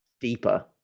deeper